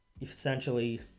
essentially